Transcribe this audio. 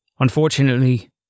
Unfortunately